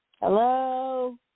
Hello